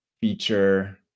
feature